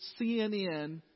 CNN